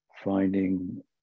finding